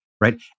right